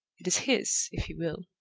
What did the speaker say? it is his, if he will.